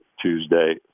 Tuesday